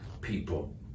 people